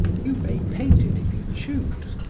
you may paint it if you choose,